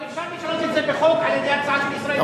אבל אפשר לשנות את זה בחוק על-ידי הצעה של ישראל ביתנו,